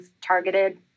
targeted